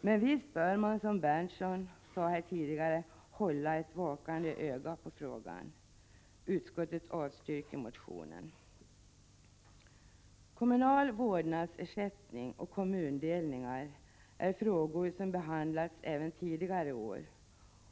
Men visst bör man, som Berndtson sade här tidigare, hålla ett vakande öga på frågan. Kommunal vårdnadsersättning och kommundelningar är frågor som behandlats även tidigare år.